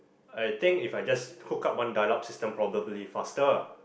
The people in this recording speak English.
I think if I just hook up one dial up system probably faster